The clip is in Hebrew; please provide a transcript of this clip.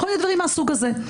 כל מיני דברים מהסוג הזה.